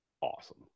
awesome